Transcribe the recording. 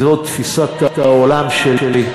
זאת תפיסת העולם שלי.